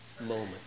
moment